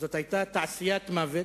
זאת היתה תעשיית מוות,